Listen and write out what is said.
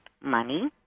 money